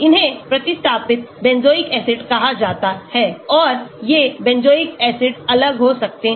इन्हें प्रतिस्थापित benzoic acid कहा जाता है और ये बेंजोइक एसिड अलग हो सकते हैं